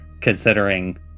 considering